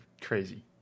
crazy